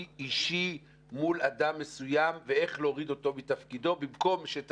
אישי מול אדם מסוים ואיך להוריד אותו מתפקידו במקום שאת